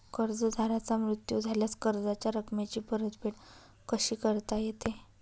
कर्जदाराचा मृत्यू झाल्यास कर्जाच्या रकमेची परतफेड कशी करता येते?